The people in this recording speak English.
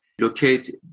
locate